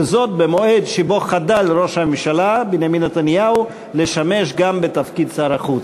וזאת במועד שבו חדל ראש הממשלה בנימין נתניהו לשמש גם בתפקיד שר החוץ.